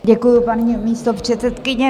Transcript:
Děkuji, paní místopředsedkyně.